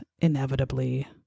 inevitably